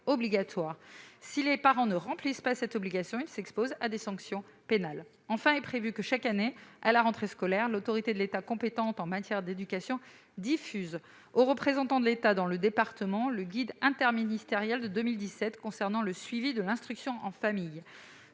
Si les parents ne remplissent pas cette obligation, ils s'exposent à des sanctions pénales. Enfin, à chaque rentrée scolaire, l'autorité de l'État compétente en matière d'éducation devra diffuser aux représentants de l'État dans le département le guide interministériel de 2017 concernant le suivi de l'instruction en famille.